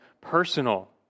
personal